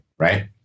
right